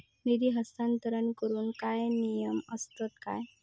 निधी हस्तांतरण करूक काय नियम असतत काय?